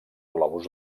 globus